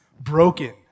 broken